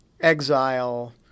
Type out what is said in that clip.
exile